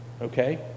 Okay